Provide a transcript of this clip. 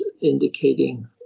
indicating